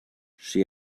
she